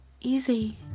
easy